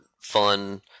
fun